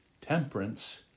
temperance